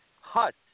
hut